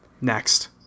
Next